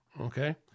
okay